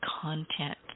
content